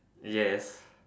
yes